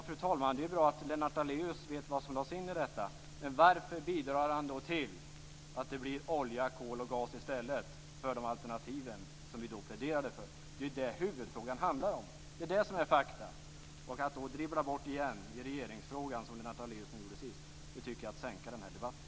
Fru talman! Det är bra att Lennart Daléus vet vad som lades in i detta. Men varför bidrar han då till att det blir olja, kol och gas i stället för de alternativ som vi då pläderade för? Det är det huvudfrågan handlar om. Det är det som är fakta. Att då dribbla bort det med regeringsfrågan, som Lennart Daléus gjorde nyss, tycker jag är att sänka den här debatten.